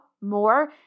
more